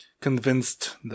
convinced